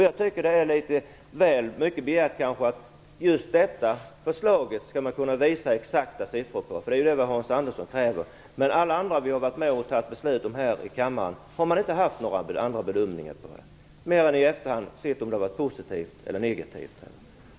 Jag tycker att det är litet väl mycket begärt att vi skall kunna visa exakta siffror för just detta förslag. Det är ju det Hans Andersson kräver. Man har inte gjort andra bedömningar av alla de andra förslag som vi har varit med om att fatta beslut om här i kammaren. Man har i efterhand sett om det varit positivt eller negativt.